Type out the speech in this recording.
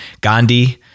Gandhi